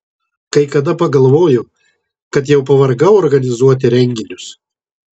kai kada pagalvoju kad jau pavargau organizuoti renginius